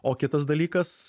o kitas dalykas